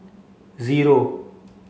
zero